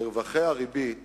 מרווחי הריבית